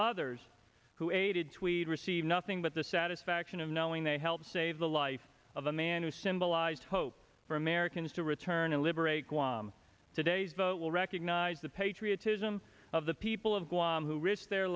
others who aided tweed receive nothing but the satisfaction of knowing they helped save the life of a man who symbolized hope for americans to return to liberate guam today's vote will recognize the patriotism of the people of guam who risked their